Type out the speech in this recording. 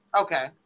Okay